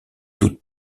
toute